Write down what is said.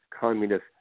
communist